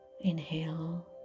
inhale